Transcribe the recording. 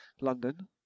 London